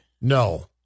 No